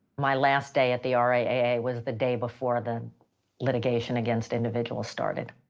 my last day at the ah riaa was the day before the litigation against individuals started.